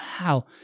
wow